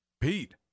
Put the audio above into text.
Pete